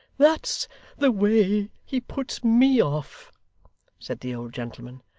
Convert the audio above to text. that's the way he puts me off said the old gentleman,